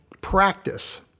practice